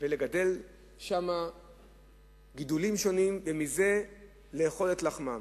ולגדל שם גידולים שונים, ומזה לאכול את לחמן.